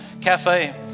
cafe